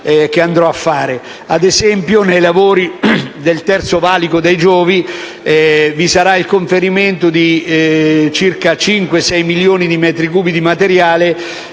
Ad esempio nei lavori del Terzo valico dei Giovi vi sarà il conferimento di circa 5 o 6 milioni di metri cubi di materiale,